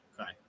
okay